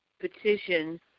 petition